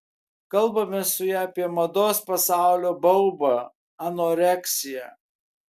kalbamės su ja apie mados pasaulio baubą anoreksiją